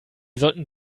sollten